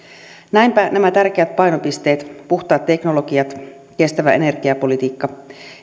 näinpä nämä tärkeät painopisteet puhtaat teknologiat kestävä energiapolitiikka